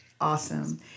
Awesome